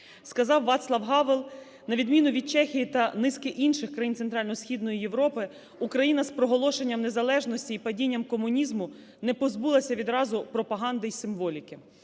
сказав Вацлав Гавел. На відміну від Чехії та низки інших країн Центрально-Східної Європи Україна з проголошенням незалежності і падінням комунізму не позбулася відразу пропаганди і символіки.